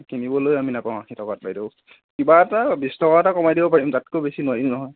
কিনিবলৈ আমি নাপাওঁ আশী টকাত বাইদেউ কিবা এটা বিশ টকা এটা কমাই দিব পাৰিম তাতকৈ বেছি নোৱাৰিম নহয়